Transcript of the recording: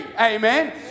amen